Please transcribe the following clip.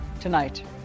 tonight